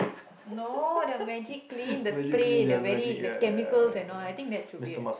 no the Magic Clean the spray the very the chemical and all I think that should be